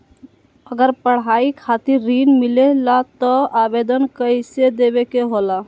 अगर पढ़ाई खातीर ऋण मिले ला त आवेदन कईसे देवे के होला?